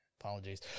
Apologies